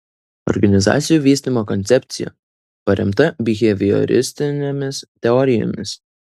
organizacijų vystymo koncepcija paremta bihevioristinėmis teorijomis